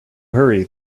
hurry